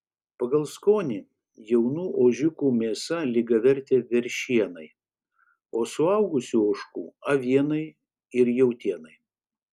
pagal skonį jaunų ožiukų mėsa lygiavertė veršienai o suaugusių ožkų avienai ir jautienai